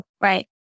Right